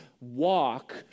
walk